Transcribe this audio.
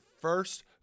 first